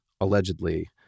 allegedly